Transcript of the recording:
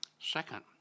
Second